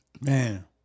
Man